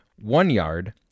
one-yard